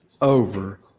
over